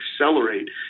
accelerate